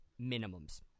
minimums